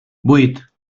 vuit